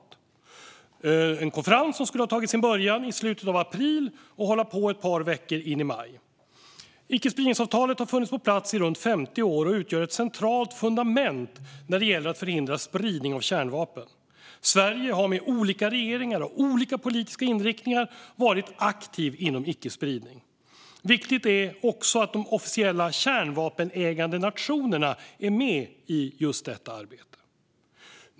Det är en konferens som skulle ha tagit sin början i slutet av april och hållit på ett par veckor in i maj. Icke-spridningsavtalet har funnits på plats i runt 50 år och utgör ett centralt fundament när det gäller att förhindra spridning av kärnvapen. Sverige har med olika regeringar med olika politiska inriktningar varit aktivt inom icke-spridning. Viktigt är också att de officiella kärnvapenägande nationerna är med i just detta arbete.